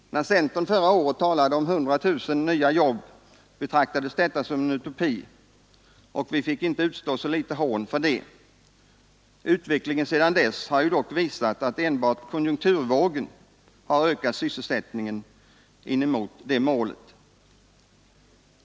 När centern förra året talade om 100 000 nya jobb, betraktades detta som en utopi och vi fick utstå inte så litet hån för det. Utvecklingen sedan dess har ju visat att enbart konjunkturvågen har ökat sysselsättningen till närheten av det målet.